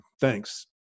Thanks